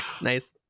nice